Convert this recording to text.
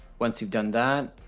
once you've done that,